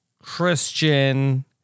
Christian